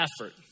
effort